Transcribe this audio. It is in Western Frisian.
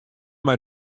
mei